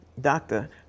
doctor